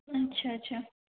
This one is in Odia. ଆଚ୍ଛା ଆଚ୍ଛା